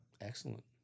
Excellent